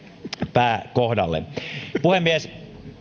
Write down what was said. pääkohdalle puhemies